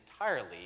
entirely